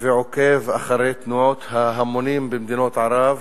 ועוקב אחרי תנועות ההמונים במדינות ערב,